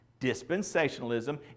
Dispensationalism